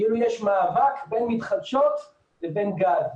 כאילו יש מאבק בין מתחדשות לבין גז.